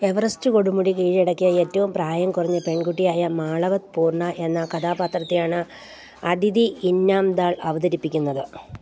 Everest കൊടുമുടി കീഴടക്കിയ ഏറ്റവും പ്രായംകുറഞ്ഞ പെൺകുട്ടിയായ മാളവത് പൂർണ്ണ എന്ന കഥാപാത്രത്തെയാണ് അദിതി ഇന്നാംദർ അവതരിപ്പിക്കുന്നത്